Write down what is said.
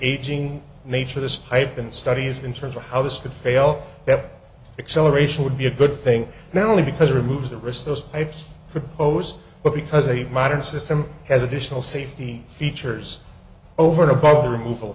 aging nature of this type in studies in terms of how this could fail that acceleration would be a good thing now only because it removes the risk those types propose but because a modern system has additional safety features over and above the removal